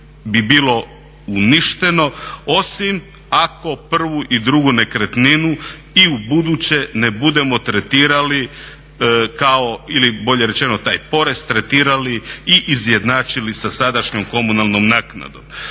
bi bilo uništeno, osim ako prvu i drugu nekretninu i ubuduće ne budemo tretirali kao, ili bolje rečeno taj porez tretirali i izjednačili sa sadašnjom komunalnom naknadom.